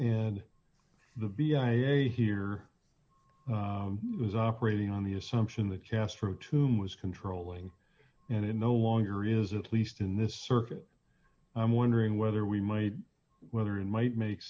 in the b i a here was operating on the assumption that castro tumor was controlling and it no longer is at least in this circuit i'm wondering whether we might whether it might make